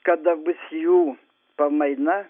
kada bus jų pamaina